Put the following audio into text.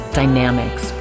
dynamics